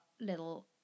little